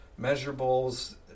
measurables